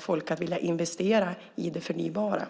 folk att vilja investera i det förnybara.